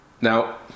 Now